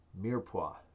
Mirepoix